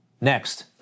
Next